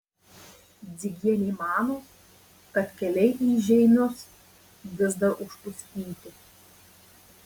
dzigienė mano kad keliai į žeimius vis dar užpustyti